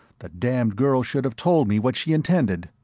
the damned girl should have told me what she intended.